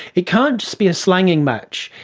it can't just be a slanging match,